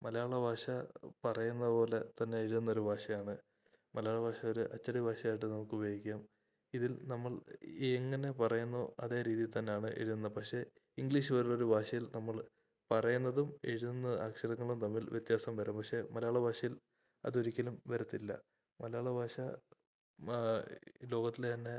മലയാളഭാഷ പറയുന്നതുപോലെ തന്നെ എഴുതുന്നൊരു ഭാഷയാണ് മലയാളഭാഷ ഒരു അച്ചടിഭാഷയായിട്ട് നമുക്കുപയോഗിക്കാം ഇതിൽ നമ്മൾ എങ്ങനെ പറയുന്നോ അതേ രീതിയിൽ തന്നെയാണ് എഴുതുന്നത് പക്ഷെ ഇംഗ്ലീഷ് വേറൊരു ഭാഷയിൽ നമ്മൾ പറയുന്നതും എഴുതുന്ന അക്ഷരങ്ങളും തമ്മിൽ വ്യത്യാസം വരും പക്ഷെ മലയാളഭാഷയിൽ അതൊരിക്കലും വരത്തില്ല മലയാളഭാഷ ലോകത്തിലെ തന്നെ